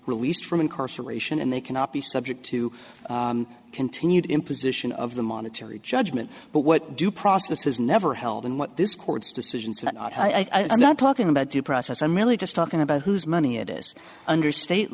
released from incarceration and they cannot be subject to continued imposition of the monetary judgment but what due process has never held and what this court's decisions that i've not talking about due process i'm really just talking about whose money it is under state